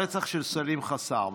על הרצח של סלים חסארמה,